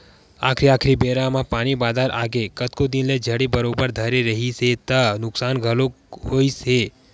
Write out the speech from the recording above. आखरी आखरी बेरा म पानी बादर आगे कतको दिन ले झड़ी बरोबर धरे रिहिस हे त नुकसान घलोक होइस हे